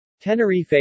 Tenerife